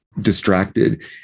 distracted